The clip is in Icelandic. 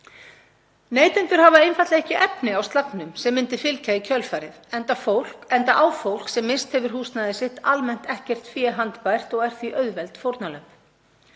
Neytendur hafa einfaldlega ekki efni á slagnum sem myndi fylgja í kjölfarið, enda á fólk sem misst hefur húsnæði sitt almennt ekkert fé handbært og er því auðveld fórnarlömb.